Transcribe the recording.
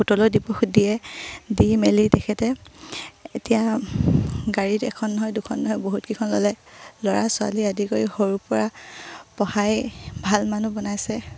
সুতলৈ দিব দিয়ে দি মেলি তেখেতে এতিয়া গাড়ীত এখন নহয় দুখন নহয় বহুতকিখন ল'লে ল'ৰা ছোৱালী আদি কৰি সৰুৰ পৰা পঢ়াই ভাল মানুহ বনাইছে